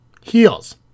Heels